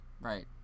Right